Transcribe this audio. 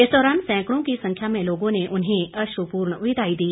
इस दौरान सैकड़ों की संख्या में लोगों ने उन्हें अश्रपूर्ण विदाई दी